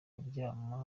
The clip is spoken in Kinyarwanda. kuryama